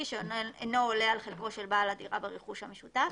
שאינו עולה על חלקו של בעל הדירה ברכוש המשותף,